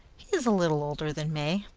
he's a little older than may.